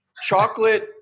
chocolate